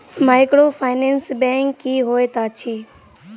Microfinance bank की होइत अछि?